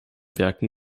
werken